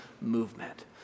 movement